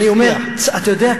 אני אומר: אתה יודע,